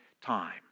time